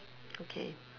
okay